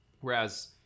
Whereas